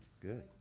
Good